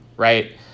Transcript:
right